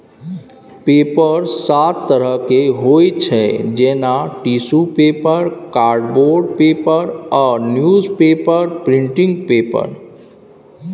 paper सात तरहक होइ छै जेना टिसु पेपर, कार्डबोर्ड पेपर आ न्युजपेपर प्रिंट पेपर